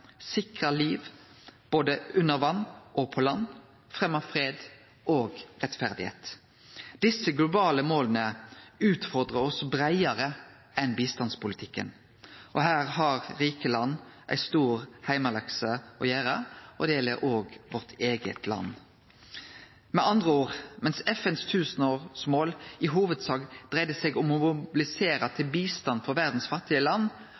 sikre liv både under vatn og på land, og fremje fred og rettferd. Desse globale måla utfordrar oss breiare enn bistandspolitikken. Her har rike land ei stor heimelekse å gjere, og det gjeld òg vårt eige land. Med andre ord, medan FNs tusenårsmål i hovudsak dreidde seg om å mobilisere til bistand for verdas fattige land,